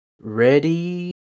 Ready